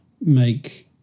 make